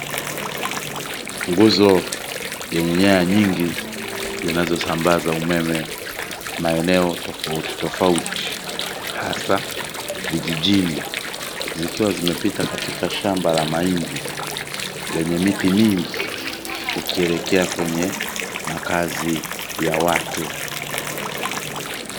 Nguzo yenye nyaya nyingi zinazosambaza umeme maeneo tofauti tofauti hasa vijijini zikiwa zimepita katika shamba la mahindi lenye miti mingi ukielekea kwenye makazi ya watu .